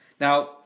Now